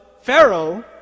Pharaoh